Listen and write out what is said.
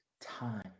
time